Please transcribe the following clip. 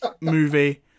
movie